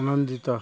ଆନନ୍ଦିତ